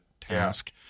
task